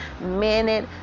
minute